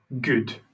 good